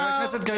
חבר הכנסת קריב,